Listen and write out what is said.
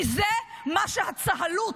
כי זה מה שהצה"לות,